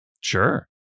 sure